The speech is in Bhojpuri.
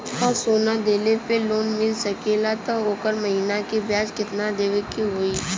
का सोना देले पे लोन मिल सकेला त ओकर महीना के ब्याज कितनादेवे के होई?